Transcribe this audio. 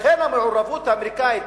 לכן המעורבות האמריקנית,